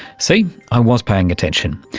see, i was paying attention.